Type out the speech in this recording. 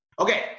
Okay